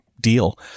deal